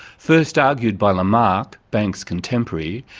first argued by lamarck, banks' contemporary,